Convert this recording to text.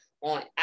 on